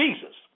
Jesus